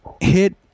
hit